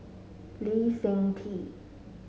Lee Seng Tee